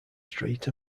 street